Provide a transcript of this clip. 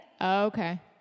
Okay